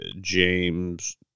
James